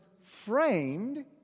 framed